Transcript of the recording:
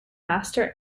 master